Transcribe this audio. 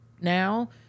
now